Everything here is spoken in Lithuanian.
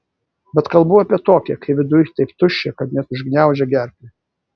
bet kalbu apie tokią kai viduj taip tuščia kad net užgniaužia gerklę